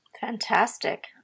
Fantastic